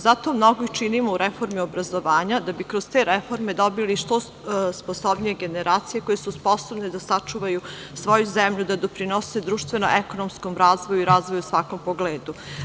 Zato mnogo i činimo u reformi obrazovanja, da bi kroz te reforme dobili što sposobnije generacije, koje su sposobne da sačuvaju svoju zemlju, da doprinose društveno-ekonomskom razvoju i razvoju u svakom pogledu.